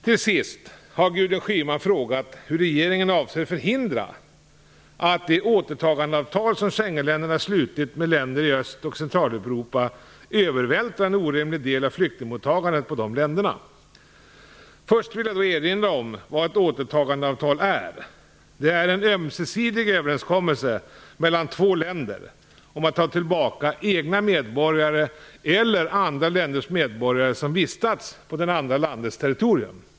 Till sist har Gudrun Schyman frågat hur regeringen avser förhindra att de återtagandeavtal som Schengenländerna slutit med länder i Öst och Centraleuropa övervältrar en orimlig del av flyktingmottagandet på de länderna. Först vill jag då erinra om vad ett återtagandeavtal är. Det är en ömsesidig överenskommelse mellan två länder om att ta tillbaka egna medborgare eller andra länders medborgare som vistats på det andra landets territorium.